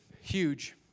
Huge